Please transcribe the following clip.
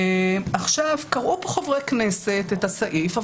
קראו פה חברי כנסת את הסעיף,